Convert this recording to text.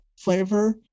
flavor